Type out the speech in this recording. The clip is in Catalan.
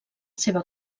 seva